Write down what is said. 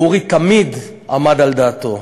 ואורי תמיד עמד על דעתו.